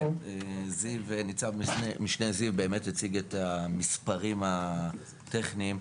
נצ"מ זיו באמת הציג את המספרים הטכניים.